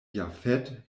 jafet